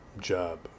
job